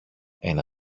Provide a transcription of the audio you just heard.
ένα